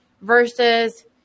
versus